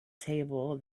table